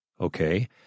okay